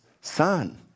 son